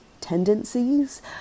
tendencies